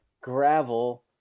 gravel